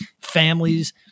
families –